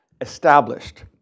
established